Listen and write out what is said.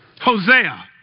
Hosea